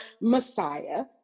Messiah